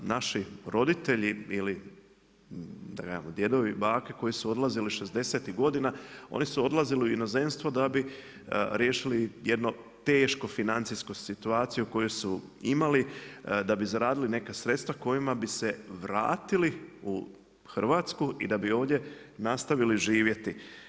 Naši roditelji ili djedovi i bake koji su odlazili šezdesetih godina oni su odlazili u inozemstvo da bi riješili jedno teško financijsku situaciju koju su imali da bi zaradili neka sredstva s kojima bi se vratili u Hrvatsku i da bi ovdje nastavili živjeti.